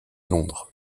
londres